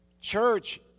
church